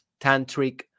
tantric